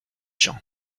gens